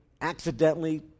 accidentally